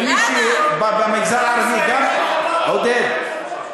ומישהו במגזר הערבי גם, לא צריך זכויות.